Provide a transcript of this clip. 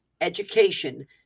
education